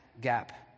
gap